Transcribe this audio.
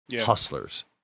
hustlers